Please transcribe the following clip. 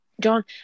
John